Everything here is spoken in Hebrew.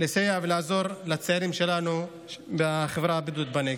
לסייע ולעזור לצעירים שלנו בחברה הבדואית בנגב.